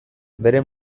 bere